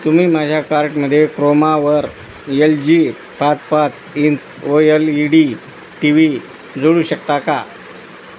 तुम्ही माझ्या कार्टमध्ये क्रोमावर एल जी पाच पाच inch O L E D T V जोडू शकता का